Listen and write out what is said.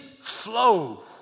flow